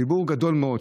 וציבור גדול מאוד,